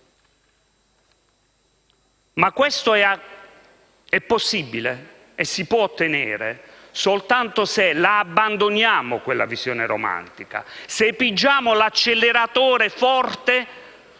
ma questo è possibile e si può ottenere soltanto se abbandoniamo quella visione romantica, se pigiamo con forza